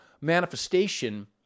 manifestation